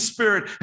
Spirit